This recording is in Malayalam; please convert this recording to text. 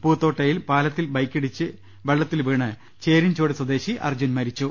പൂത്തോട്ടയിൽ പാലത്തിൽ ബൈക്കിടിച്ച് വെള്ളത്തിൽ വീണ് ചേരിൻ ചുവട് സ്വദേശി അർജുൻ മരിച്ചു